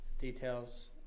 details